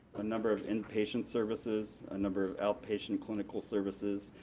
a number of inpatient services, a number of outpatient clinical services.